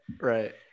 right